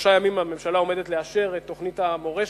שלושה ימים הממשלה עומדת לאשר את תוכנית המורשת,